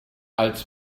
als